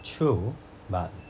true but